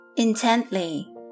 intently